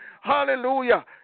Hallelujah